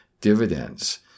dividends